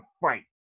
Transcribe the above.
fight